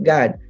God